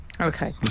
okay